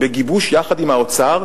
בגיבוש עם האוצר,